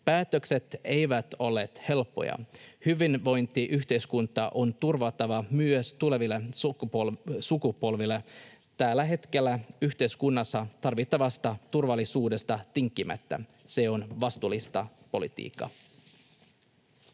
Päätökset eivät olleet helppoja. Hyvinvointiyhteiskunta on turvattava myös tuleville sukupolville — tällä hetkellä yhteiskunnassa tarvittavasta turvallisuudesta tinkimättä. Se on vastuullista politiikkaa.